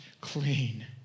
clean